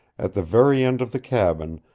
at the very end of the cabin,